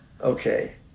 Okay